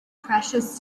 precious